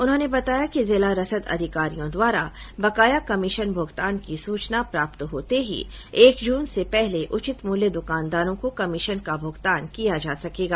उन्होंने बताया कि जिला रसद अधिकारियों द्वारा बकाया कमीशन भुगतान की सूचना प्राप्त होते ही एक जून से पहले उचित मूल्य दुकानदारों को कमीशन का भुगतान किया जा सकेगा